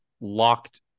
locked